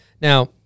Now